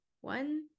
one